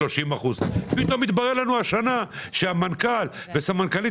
של 50%. פתאום מתברר לנו השנה שהמנכ"ל וסמנכ"לית